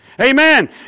Amen